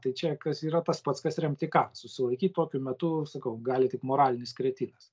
tai čia kas yra tas pats kas remti ką susilaikyt tokiu metu sakau gali tik moralinis kretinas